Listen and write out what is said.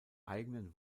eigenen